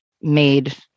made